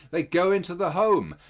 they go into the home.